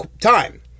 time